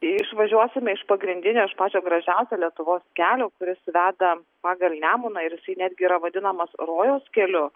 išvažiuosime iš pagrindinio iš pačio gražiausio lietuvos kelio kuris veda pagal nemuną ir jisai netgi yra vadinamas rojaus keliu